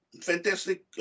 Fantastic